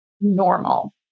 normal